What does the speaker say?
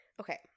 Okay